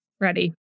Ready